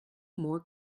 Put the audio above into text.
more